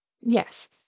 Yes